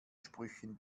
sprüchen